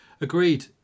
Agreed